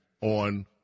on